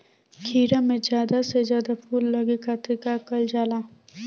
खीरा मे ज्यादा से ज्यादा फूल लगे खातीर का कईल जाला?